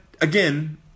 again